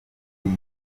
muri